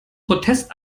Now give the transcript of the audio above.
protest